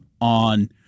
on